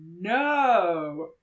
no